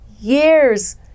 years